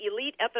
elite